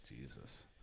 Jesus